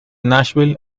nashville